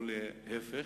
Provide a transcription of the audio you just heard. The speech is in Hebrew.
או להיפך.